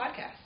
Podcast